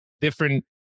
different